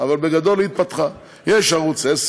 אבל בגדול היא התפתחה: יש ערוץ 10,